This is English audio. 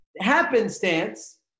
happenstance